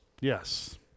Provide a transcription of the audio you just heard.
Yes